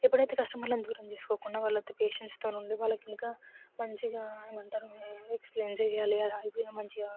ఎప్పుడైతే కస్టమర్లను దూరం చేసుకోకుండా వాళ్ళతో పేషెన్స్తో ఉండి వాళ్ళకి ఇంకా మంచిగా ఏమంటారు ఎక్స్ప్లైన్ చేయాలి అది మంచిగా